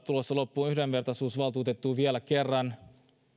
tulossa loppuun yhdenvertaisuusvaltuutettua vielä kerran